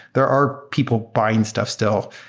there are people buying stuff still.